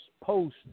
post